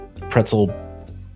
pretzel